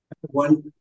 one